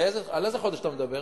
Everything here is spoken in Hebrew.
לפני שבועיים,